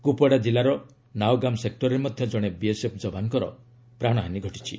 କୁପ୍ୱାଡା କିଲ୍ଲାର ନାଓଗାମ୍ ସେକୁରରେ ମଧ୍ୟ ଜଣେ ବିଏସ୍ଏଫ୍ ଯବାନଙ୍କର ପ୍ରାଣହାନୀ ଘଟିଛି